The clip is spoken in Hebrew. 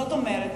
זאת אומרת,